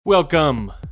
Welcome